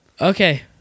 Okay